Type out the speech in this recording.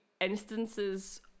instances